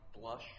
blush